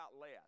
less